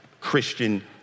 christian